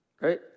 right